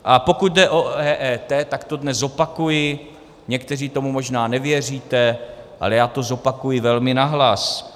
A pokud jde o EET, tak to dnes zopakuji, někteří tomu možná nevěříte, ale já to zopakuji velmi nahlas.